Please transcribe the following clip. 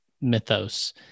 mythos